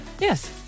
Yes